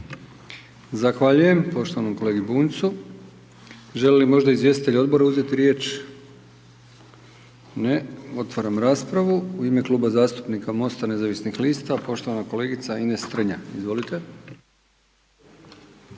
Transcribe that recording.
Zahvaljujem poštovanom kolegi Bunjcu. Žele li možda izvjestitelji odbora uzeti riječ? Ne. Otvaram raspravu. U ime Kluba zastupnika MOST-a Nezavisnih lista poštovana Ines Strenja. Izvolite.